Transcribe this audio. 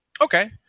Okay